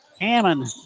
Hammond